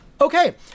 Okay